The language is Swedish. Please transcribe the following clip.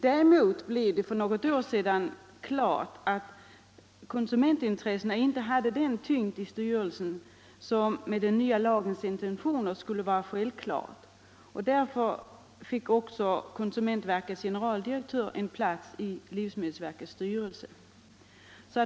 Däremot blev det för något år sedan konstaterat att konsumentintressena inte hade den tyngd i styrelsen som enligt den nya lagens intentioner borde ha varit självklar. Därför fick konsumentverkets generaldirektör en plats i livsmedelsverkets styrelse.